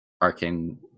arcane